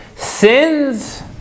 Sins